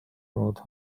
wrote